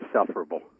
insufferable